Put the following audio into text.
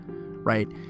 right